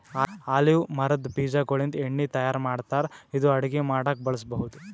olive ಮರದ್ ಬೀಜಾಗೋಳಿಂದ ಎಣ್ಣಿ ತಯಾರ್ ಮಾಡ್ತಾರ್ ಇದು ಅಡಗಿ ಮಾಡಕ್ಕ್ ಬಳಸ್ಬಹುದ್